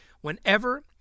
whenever